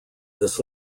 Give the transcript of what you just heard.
this